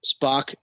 Spock